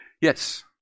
Yes